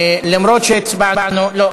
לדיון מוקדם בוועדה שתקבע ועדת הכנסת נתקבלה.